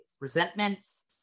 Resentments